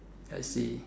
I see